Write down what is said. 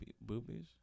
boobies